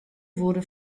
wurde